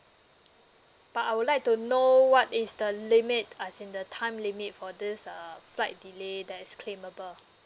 but I would like to know what is the limit as in the time limit for this err flight delay that is claimable